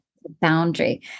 boundary